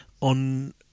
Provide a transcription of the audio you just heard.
on